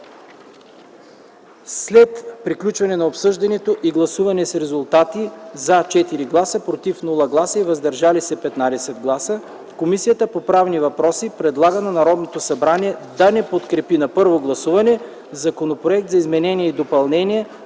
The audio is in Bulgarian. След приключване на обсъждането и гласуване с резултати: „за” – 4 гласа, без „против” и „въздържали се” – 15 гласа, Комисията по правни въпроси предлага на Народното събрание да не подкрепи на първо гласуване Законопроекта за изменение и допълнение